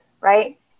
right